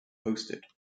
hosted